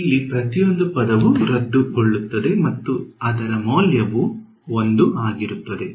ಇಲ್ಲಿ ಪ್ರತಿಯೊಂದು ಪದವು ರದ್ದುಗೊಳ್ಳುತ್ತದೆ ಮತ್ತು ಅದರ ಮೌಲ್ಯವು 1 ಆಗುತ್ತದೆ